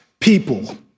people